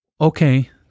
Okay